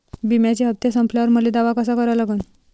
बिम्याचे हप्ते संपल्यावर मले दावा कसा करा लागन?